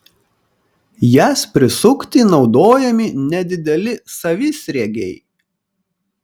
jas prisukti naudojami nedideli savisriegiai